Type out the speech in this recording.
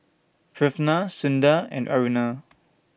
Pranav Sundar and Aruna